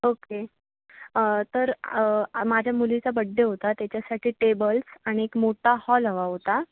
okay तर माझ्या मुलीचा बड्डे होता त्याच्यासाठी टेबल्स आणि एक मोठा हॉल हवा होता